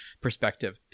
perspective